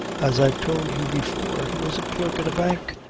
as i've told you before, he was a clerk in a bank,